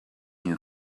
new